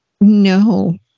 no